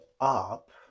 up